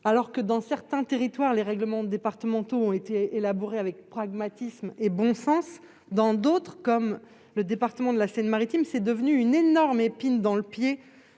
Alors que, dans certains territoires, les règlements départementaux ont été élaborés avec pragmatisme et bon sens, dans d'autres, comme dans le département de la Seine-Maritime, ils sont devenus une énorme épine dans le pied